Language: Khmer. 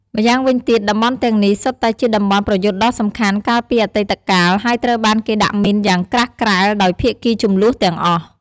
ម្យ៉ាងវិញទៀត តំបន់ទាំងនេះសុទ្ធតែជាតំបន់ប្រយុទ្ធដ៏សំខាន់កាលពីអតីតកាល ហើយត្រូវបានគេដាក់មីនយ៉ាងក្រាស់ក្រែលដោយភាគីជម្លោះទាំងអស់។